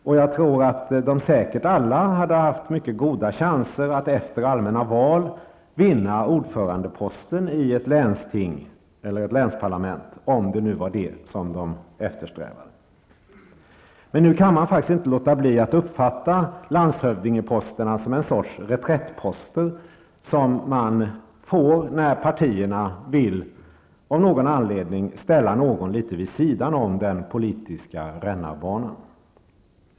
De hade säkert alla fem haft goda chanser att efter allmänna val vinna ordförandeposten i ett länsting, eller ett länsparlament, om det var detta de eftersträvade. Men nu kan man inte låta bli att uppfatta landshövdingeposterna som reträttposter, som erhålls när partierna vill ställa någon litet vid sidan av den politiska rännarbanan.